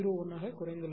01 ஆக குறைந்துள்ளது